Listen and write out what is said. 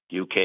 UK